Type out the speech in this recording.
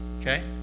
okay